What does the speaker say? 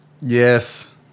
Yes